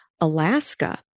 Alaska